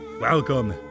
Welcome